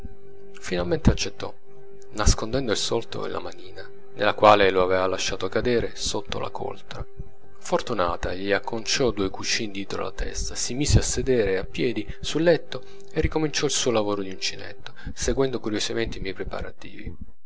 finalmente accettò nascondendo il soldo e la manina nella quale lo aveva lasciato cadere sotto la coltre fortunata gli acconciò due cuscini dietro la testa si mise a sedere appiedi sul letto e ricominciò il suo lavoro di uncinetto seguendo curiosamente i miei preparativi